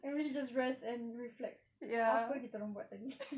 and we just rest and reflect apa kita orang buat tadi